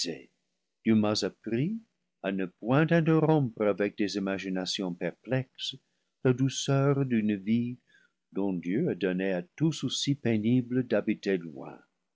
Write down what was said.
avec des imaginations perplexes la dou ceur d'une vie dont dieu a donné à tous soucis pénibles d'ha biter loin